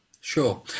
Sure